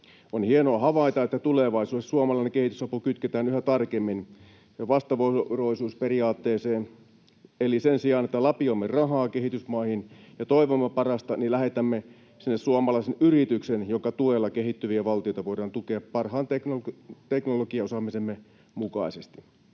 On hienoa havaita, että tulevaisuudessa suomalainen kehitysapu kytketään yhä tarkemmin vastavuoroisuusperiaatteeseen, eli sen sijaan, että lapioimme rahaa kehitysmaihin ja toivomme parasta, lähetämme sinne suomalaisen yrityksen, jonka tuella kehittyviä valtioita voidaan tukea parhaan teknologiaosaamisemme mukaisesti.